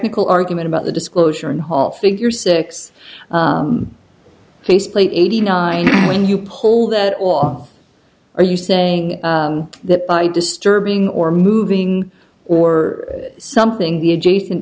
al argument about the disclosure and hall figure six face plate eighty nine when you pull that off are you saying that by disturbing or moving or something the adjacent